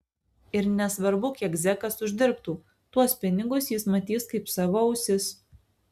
ir nesvarbu kiek zekas uždirbtų tuos pinigus jis matys kaip savo ausis